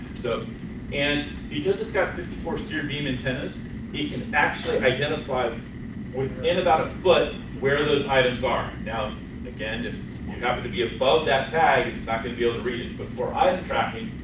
so and because he's got fifty four steered beam antennas he can actually identify within about a foot where those items are. now again if you happen to be above that tag it's not going to be able to read it before i'm tracking,